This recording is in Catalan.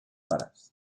pares